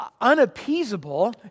unappeasable